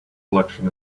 collection